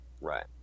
Right